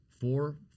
four